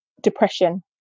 depression